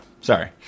Sorry